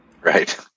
Right